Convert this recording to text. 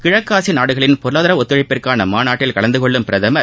கிழக்காசிய நாடுகளின் பொருளாதார ஒத்துழைப்பிற்கான மாநாட்டில் கலந்துகொள்ளும் பிரதமர்